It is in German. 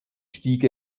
stieg